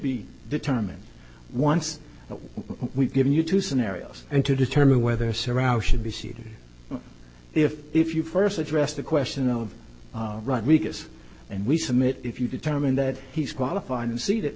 be determined once which given you two scenarios and to determine whether surround should be seated if if you first addressed the question of rodriguez and we submit if you determine that he's qualified you see that